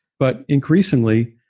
but increasingly,